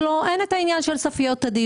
לו: אין את העניין של סופיות הדיון.